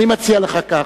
אני מציע לך כך: